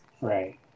Right